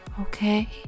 okay